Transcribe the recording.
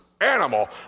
animal